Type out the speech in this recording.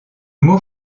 mot